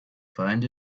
find